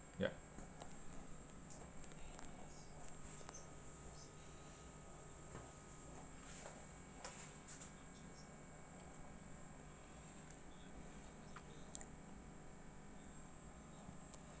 ya